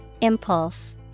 impulse